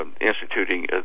instituting